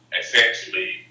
essentially